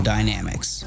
Dynamics